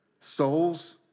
souls